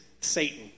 Satan